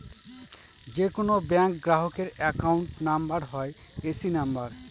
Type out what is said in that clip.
যে কোনো ব্যাঙ্ক গ্রাহকের অ্যাকাউন্ট নাম্বার হয় এ.সি নাম্বার